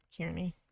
Kearney